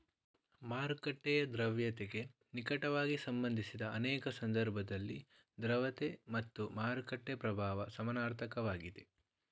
ಮಾರುಕಟ್ಟೆಯ ದ್ರವ್ಯತೆಗೆ ನಿಕಟವಾಗಿ ಸಂಬಂಧಿಸಿದ ಅನೇಕ ಸಂದರ್ಭದಲ್ಲಿ ದ್ರವತೆ ಮತ್ತು ಮಾರುಕಟ್ಟೆ ಪ್ರಭಾವ ಸಮನಾರ್ಥಕ ವಾಗಿದೆ